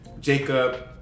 jacob